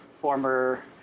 former